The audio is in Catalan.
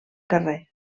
carrer